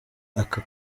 aka